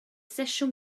sesiwn